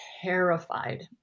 terrified